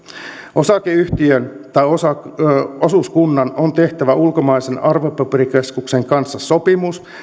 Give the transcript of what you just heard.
osakeyhtiön tai osuuskunnan on tehtävä ulkomaisen arvopaperikeskuksen kanssa sopimus